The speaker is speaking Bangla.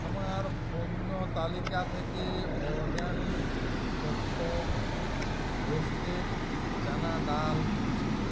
আমার পণ্য তালিকা থেকে অর্গ্যানিক তত্ত্ব রোস্টেড চানা ডাল মুছে দিন